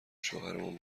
شوهرمون